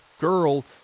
girl